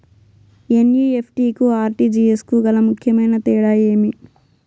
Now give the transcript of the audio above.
NEFT కు RTGS కు గల ముఖ్యమైన తేడా ఏమి?